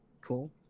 Cool